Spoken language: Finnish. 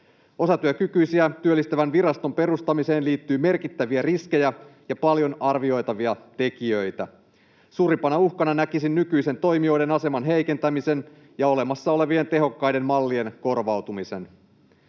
Osatyökykyisiä työllistävän viraston perustamiseen liittyy merkittäviä riskejä ja paljon arvioitavia tekijöitä. Suurimpana uhkana näkisin nykyisten toimijoiden aseman heikentämisen ja olemassa olevien tehokkaiden mallien korvautumisen.